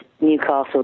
Newcastle